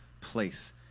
place